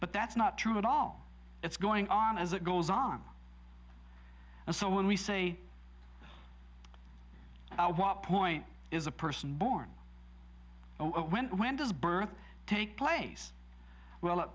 but that's not true at all it's going on as it goes on and so when we say what point is a person born when when does birth take